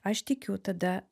aš tikiu tada